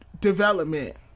development